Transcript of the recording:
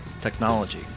technology